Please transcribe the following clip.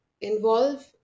involve